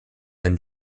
and